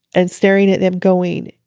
and staring at them going.